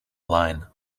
line